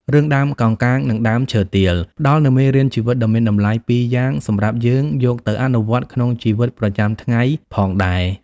រឿង "ដើមកោងកាងនិងដើមឈើទាល" ផ្តល់នូវមេរៀនជីវិតដ៏មានតម្លៃពីរយ៉ាងសម្រាប់យើងយកទៅអនុវត្តក្នុងជីវិតប្រចាំថ្ងៃផងដែរ។